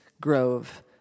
grove